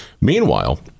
Meanwhile